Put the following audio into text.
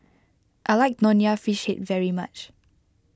I like Nonya Fish Head very much